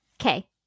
okay